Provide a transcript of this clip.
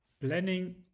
Planning